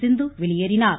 சிந்து வெளியேறினார்